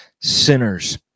sinners